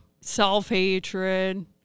self-hatred